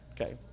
Okay